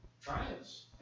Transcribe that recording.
Trials